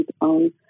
on